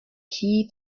key